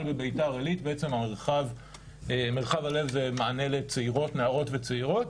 בביתר עילית מרחב הלב הוא מענה לנערות וצעירות.